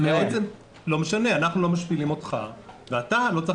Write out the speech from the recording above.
אנחנו לא משפילים אותך ואתה לא צריך